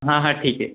हाँ हाँ ठीक है